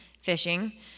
fishing